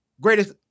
Greatest